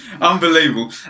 unbelievable